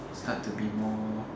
up to be more